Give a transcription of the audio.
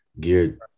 geared